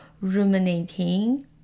ruminating